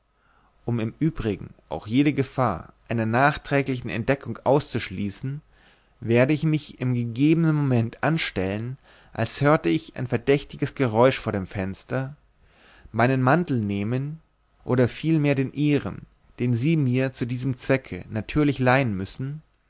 um im übrigen auch jede gefahr einer nachträglichen entdeckung auszuschließen werde ich mich im gegebenen moment anstellen als hörte ich ein verdächtiges geräusch vor dem fenster meinen mantel nehmen oder vielmehr den ihren den sie mir zu diesem zwecke natürlich leihen müssen